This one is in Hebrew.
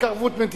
רק ערבות מדינה.